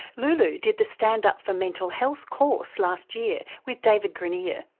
lulu did the stand up for mental health course last year with david granirer.